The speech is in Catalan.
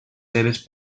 seves